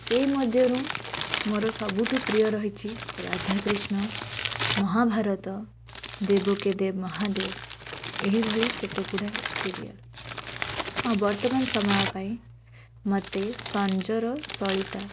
ସେହିମଧ୍ୟରୁ ମୋର ସବୁଠୁ ପ୍ରିୟ ରହିଛି ରାଧାକୃଷ୍ଣ ମହାଭାରତ ଦେବୋ କେ ଦେବ ମହାଦେବ ଏହିଭଳି କେତେଗୁଡ଼ାଏ ସିରିଏଲ୍ ଆଉ ବର୍ତ୍ତମାନ ସମୟ ପାଇଁ ମୋତେ ସଞ୍ଜର ସଳିତା